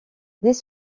dès